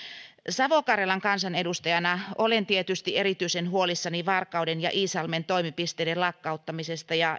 savo karjalan kansanedustajana olen tietysti erityisen huolissani varkauden ja iisalmen toimipisteiden lakkauttamisesta ja